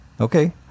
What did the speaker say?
okay